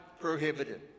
prohibited